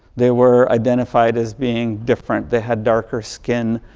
they were identified as being different. they had darker skin,